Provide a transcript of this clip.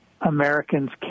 Americans